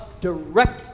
directly